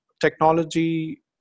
technology